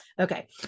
Okay